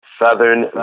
Southern